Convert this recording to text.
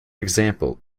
example